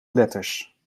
letters